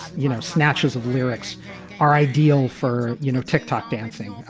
you know, snatches of lyrics are ideal for, you know, ticktock dancing.